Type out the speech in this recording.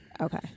Okay